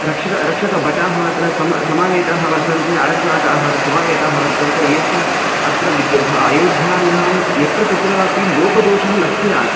रक्षकाः रक्षकभटाः अत्र सम समावेताः वर्तन्ते आरक्षकाः अत्र समावेताः वर्तन्ते ये च अत्र विद् भ अयोध्यायां यत्र कुत्रापि लोपदोषः न स्यात्